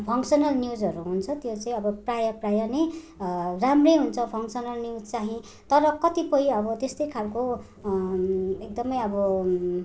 functional न्युजहरू हुन्छ त्यो चाहिँ अब प्रायः प्रायः नै राम्रै हुन्छ फङ्कसनल न्युज चाहिँ तर कतिपय अब त्यस्तै खालको एकदमै अब